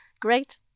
Great